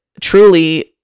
truly